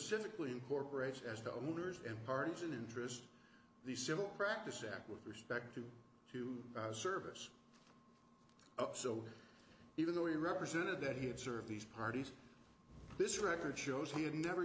specifically incorporated as the owner's in part it's an interest the civil practice act with respect to service so even though he represented that he had served these parties this record shows he had never